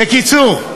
בקיצור,